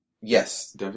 Yes